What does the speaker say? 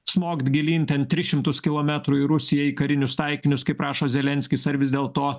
smogt gilyn ten tris šimtus kilometrų į rusiją į karinius taikinius kaip rašo zelenskis ar vis dėlto